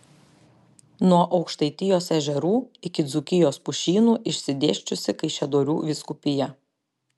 nuo aukštaitijos ežerų iki dzūkijos pušynų išsidėsčiusi kaišiadorių vyskupija